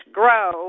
grow